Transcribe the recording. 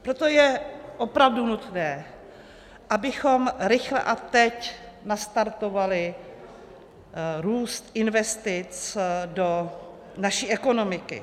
Proto je opravdu nutné, abychom rychle a teď nastartovali růst investic do naší ekonomiky.